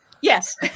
Yes